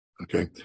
Okay